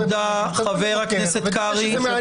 חבר הכנסת קרעי